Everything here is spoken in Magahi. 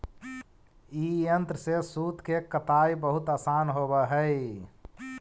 ई यन्त्र से सूत के कताई बहुत आसान होवऽ हई